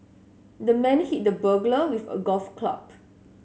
the man hit the burglar with a golf club